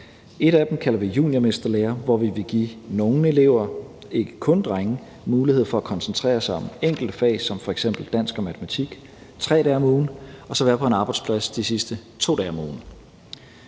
Et af dem kalder vi juniormesterlære, hvor vi vil give nogle elever, ikke kun drenge, mulighed for at koncentrere sig om enkelte fag som f.eks. dansk og matematik 3 dage om ugen og så være på en arbejdsplads de sidste 2 dage om ugen.